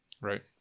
Right